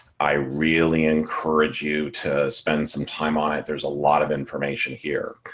i really encourage you to spend some time on it, there's a lot of information here.